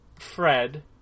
Fred